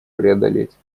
преодолеть